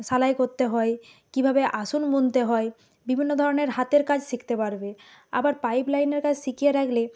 সালাই কো হয় কীভাবে আসুন বুনতে হয় বিভিন্ন ধরনের হাতের কাজ শিখতে পারবে আবার পাইপ লাইনের কাজ শিখিয়ে রাখলে